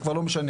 זה כבר לא משנה.